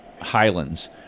Highlands